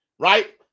right